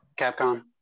Capcom